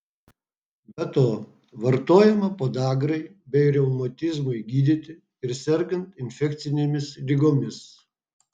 be to vartojama podagrai bei reumatizmui gydyti ir sergant infekcinėmis ligomis